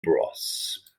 bros